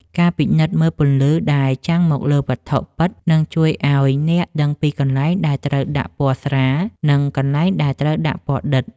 ការពិនិត្យមើលពន្លឺដែលចាំងមកលើវត្ថុពិតនឹងជួយឱ្យអ្នកដឹងពីកន្លែងដែលត្រូវដាក់ពណ៌ស្រាល និង កន្លែងដែលត្រូវដាក់ពណ៌ដិត។